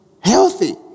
healthy